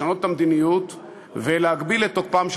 לשנות את המדיניות ולהגביל את תוקפם של